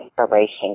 inspiration